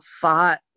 fought